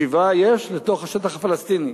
שיבה יש, לתוך השטח הפלסטיני,